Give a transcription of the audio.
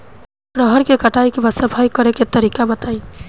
रहर के कटाई के बाद सफाई करेके तरीका बताइ?